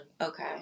Okay